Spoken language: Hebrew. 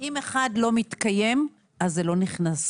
אם אחד לא מתקיים אז זה לא נכנס.